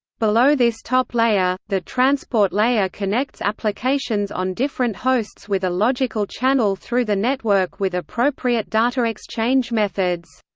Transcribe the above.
below this top layer, the transport layer connects applications on different hosts with a logical channel through the network with appropriate data exchange methods.